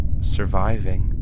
surviving